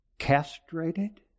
castrated